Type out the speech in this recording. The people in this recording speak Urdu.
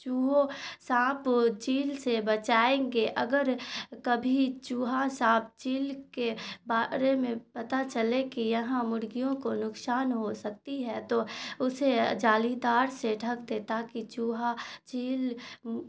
چوہوں سانپ چیل سے بچائیں گے اگر کبھی چوہا سانپ چیل کے بارے میں پتہ چلے کہ یہاں مرگیوں کو نقصان ہو سکتی ہے تو اسے جالی دار سے ڈھک دے تاکہ چوہا چیل